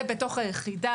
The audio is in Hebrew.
ובתוך היחידה,